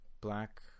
Black